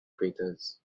craters